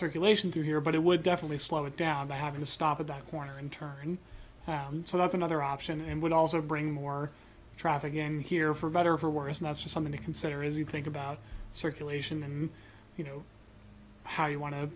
circulation through here but it would definitely slow it down by having to stop at the corner and turn around so that's another option and would also bring more traffic in here for better or for worse and that's something to consider is you think about circulation and you know how you want to